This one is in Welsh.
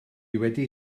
wedi